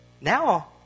Now